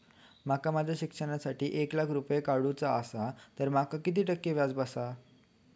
माका माझ्या शिक्षणासाठी एक लाख रुपये कर्ज काढू चा असा तर माका किती टक्के व्याज बसात?